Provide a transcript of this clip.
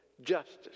justice